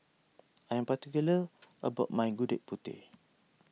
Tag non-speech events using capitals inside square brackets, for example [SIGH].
I'm particular [NOISE] about my Gudeg Putih